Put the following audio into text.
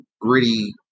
gritty